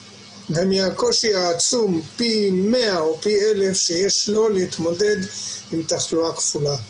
ומהקושי העצום פי מאה או פי אלף שיש לו להתמודד עם תחלואה כפולה.